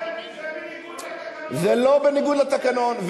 זה בניגוד לתקנון,